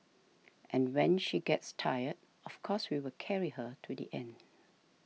and when she gets tired of course we will carry her to the end